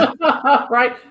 right